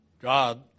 God